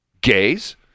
gays